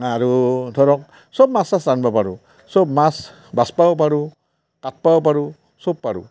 আৰু ধৰক চব মাছ চাছ ৰান্ধব' পাৰোঁ চব মাছ বাছবাও পাৰোঁ কাটবাও পাৰোঁ চব পাৰোঁ